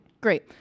Great